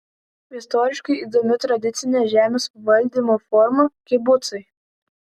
istoriškai įdomi tradicinė žemės valdymo forma kibucai